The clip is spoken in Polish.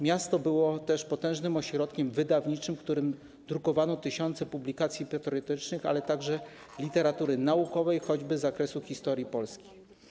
Miasto było też potężnym ośrodkiem wydawniczym, w którym drukowano tysiące publikacji patriotycznych, ale także literaturę naukową, choćby z zakresu historii Polski.